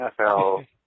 NFL